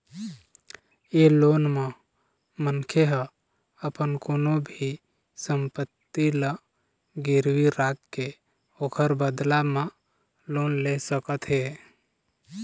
ए loan म मनखे ह अपन कोनो भी संपत्ति ल गिरवी राखके ओखर बदला म लोन ले सकत हे